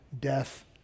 death